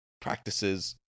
practices